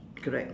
correct